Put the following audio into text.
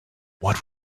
what